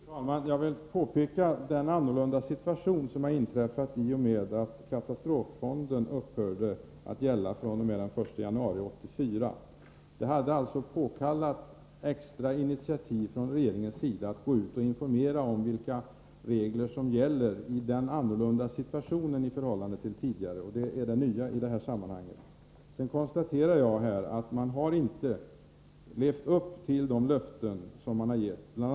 Fru talman! Jag vill peka på den förändrade situation som har inträtt i och med att katastroffonden upphörde att gälla fr.o.m. den 1 januari 1984. Det hade alltså påkallat extra initiativ från regeringens sida för att gå ut och informera om vilka regler som gäller i den i förhållande till tidigare förändrade situationen. Det är det nya i detta sammanhang. Sedan konstaterar jag att man inte har levt upp till de löften som getts. Bl.